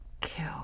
kill